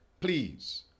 please